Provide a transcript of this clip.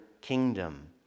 kingdom